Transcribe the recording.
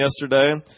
yesterday